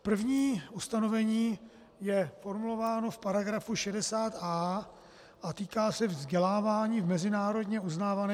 První ustanovení je formulováno v § 60a a týká se vzdělávání v mezinárodně uznávaném kurzu.